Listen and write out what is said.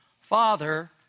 Father